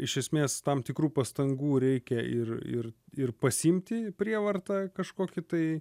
iš esmės tam tikrų pastangų reikia ir ir ir pasiimti prievarta kažkokį tai